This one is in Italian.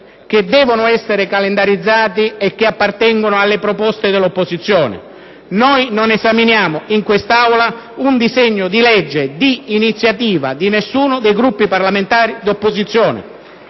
che devono essere calendarizzati su proposta dell'opposizione: noi non esaminiamo in quest'Aula nessun disegno di legge di iniziativa di nessuno dei Gruppi parlamentari di opposizione.